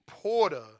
Porter